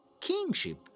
kingship